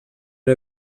era